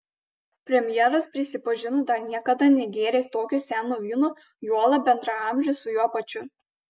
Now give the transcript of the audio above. premjeras prisipažino dar niekada negėręs tokio seno vyno juolab bendraamžio su juo pačiu